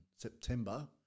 September